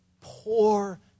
poor